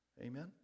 Amen